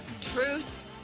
Truce